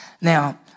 Now